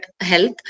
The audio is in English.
health